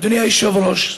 אדוני היושב-ראש,